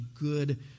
good